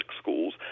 schools